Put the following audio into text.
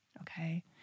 Okay